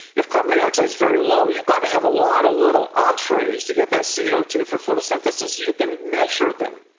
if carbon dioxide is very low, you've got to have a lot of little entrees to get that c o two for photosynthesis. you can measure them.